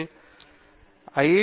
பேராசிரியர் ரவீந்திர கெட்டூ ஐ